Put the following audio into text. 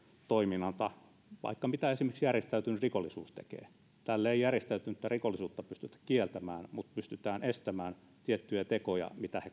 toiminnalta mitä esimerkiksi järjestäytynyt rikollisuus tekee tällä ei järjestäytynyttä rikollisuutta pystytä kieltämään mutta pystytään estämään tiettyjä tekoja mitä he